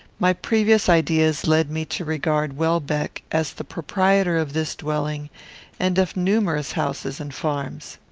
my previous ideas led me to regard welbeck as the proprietor of this dwelling and of numerous houses and farms.